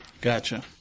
Gotcha